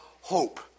Hope